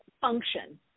function